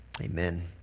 Amen